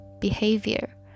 behavior